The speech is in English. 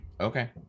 okay